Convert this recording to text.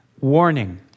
warning